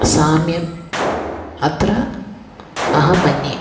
साम्यम् अत्र अहं मन्ये